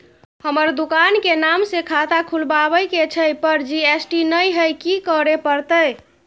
हमर दुकान के नाम से खाता खुलवाबै के छै पर जी.एस.टी नय हय कि करे परतै?